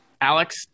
Alex